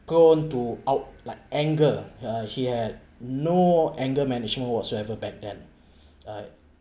gone to out like anger uh she had no anger management whatsoever back then I